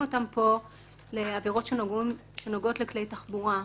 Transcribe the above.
אותם פה לעבירות שנוגעות לכלי תחבורה.